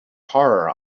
horror